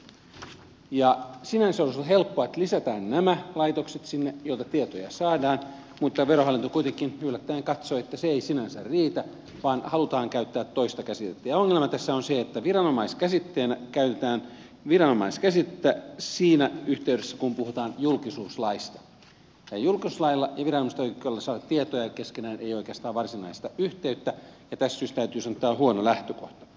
sinänsä olisi ollut helppoa että olisi lisätty nämä laitokset sinne joilta tietoja saadaan mutta verohallinto kuitenkin yllättäen katsoi että se ei sinänsä riitä vaan halutaan käyttää toista käsitettä ja ongelma tässä on se että viranomaiskäsitteenä käytetään viranomaiskäsitettä siinä yhteydessä kun puhutaan julkisuuslaista ja julkisuuslailla ja viranomaisten oikeudella saada tietoja ja vaihtaa niitä keskenään ei oikeastaan ole varsinaista yhteyttä ja tästä syystä täytyy sanoa että tämä on huono lähtökohta